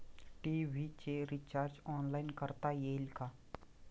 TV चे recharge online करता येईल का?